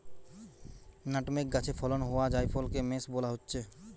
nutmeg গাছে ফলন হোয়া জায়ফলকে মেস বোলা হচ্ছে